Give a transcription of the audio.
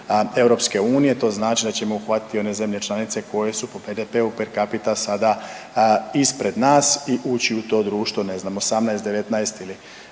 prosjeka EU to znači da ćemo uhvatiti i one zemlje članice koje su po BDP-u per capita sada ispred nas i ući u to društvo ne znam 18, 19 više